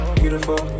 beautiful